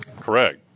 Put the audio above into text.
Correct